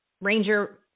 Ranger